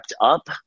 up